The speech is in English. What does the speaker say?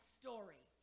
story